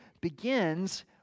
begins